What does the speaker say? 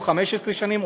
או 15 שנים,